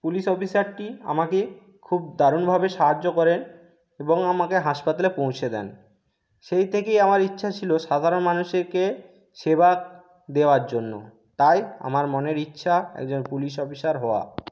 police অফিসারটি আমাকে খুব দারুণভাবে সাহায্য করেন এবং আমাকে হাসপাতালে পৌঁছে দেন সেই থেকেই আমার ইচ্ছা ছিলো সাধারণ মানুষেকে সেবা দেওয়ার জন্য তাই আমার মনের ইচ্ছা একজন পুলিশ অফিসার হওয়া